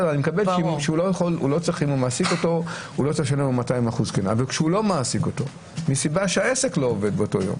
אני מקבל שאם הוא מעסיק אותו הוא לא צריך לשלם לו 200%. אבל כשהוא לא מעסיק אותו מהסיבה שהעסק לא עובד באותו יום,